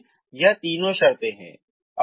इसलिए वे तीन शर्तें हैं